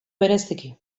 bereziki